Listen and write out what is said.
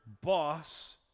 boss